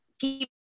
people